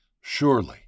Surely